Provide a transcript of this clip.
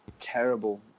terrible